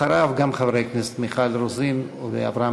אחריו גם חברי הכנסת מיכל רוזין ואברהם